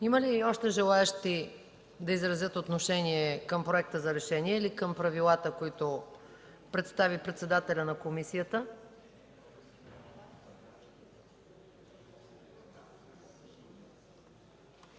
Има ли желаещи да изразят отношение към проекторешението или към правилата, представени от председателя на комисията?